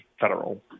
federal